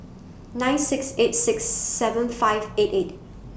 nine six eight six seven five eight eight